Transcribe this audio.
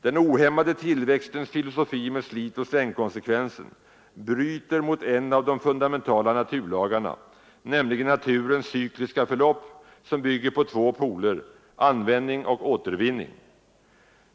Den ohämmade tillväxtens filosofi med slitoch slängkonsekvensen bryter mot en av de fundamentala naturlagarna, nämligen naturens cykliska förlopp, som bygger på två poler: användning och återvinning.